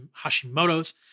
Hashimoto's